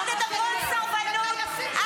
אל תדברו על סרבנות.